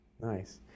Nice